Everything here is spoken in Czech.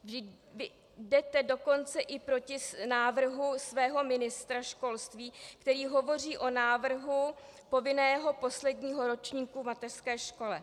Jdete dokonce i proti návrhu svého ministra školství, který hovoří o návrhu povinného posledního ročníku v mateřské škole.